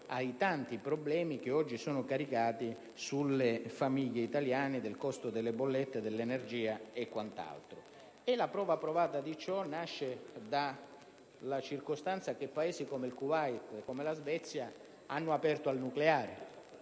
ai tanti problemi che oggi ricadono sulle famiglie italiane con riferimento al costo delle bollette energetiche e quant'altro. La prova provata di ciò nasce dalla circostanza che Paesi come il Kuwait e come la Svezia hanno aperto al nucleare